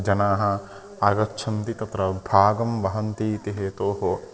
जनाः आगच्छन्ति तत्र भागं वहन्ति इति हेतोः